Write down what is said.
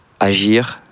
agir